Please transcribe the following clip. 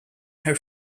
her